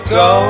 go